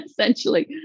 essentially